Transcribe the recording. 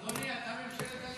אדוני, אתה ממשלת הליכוד.